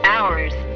Hours